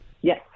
Yes